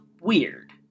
weird